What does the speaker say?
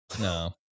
No